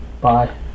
Bye